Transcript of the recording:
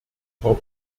frau